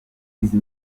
izi